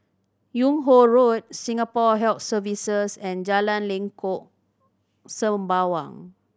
Yung Ho Road Singapore Health Services and Jalan Lengkok Sembawang